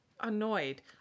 annoyed